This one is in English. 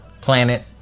planet